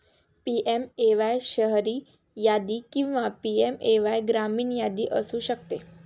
PMAY शहरी यादी किंवा पी.एम.ए.वाय ग्रामीण यादी असू शकते